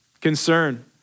Concern